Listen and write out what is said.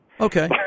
Okay